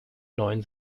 neuen